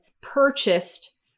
purchased